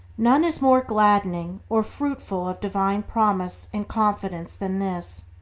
none is more gladdening or fruitful of divine promise and confidence than this